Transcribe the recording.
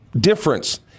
difference